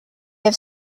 have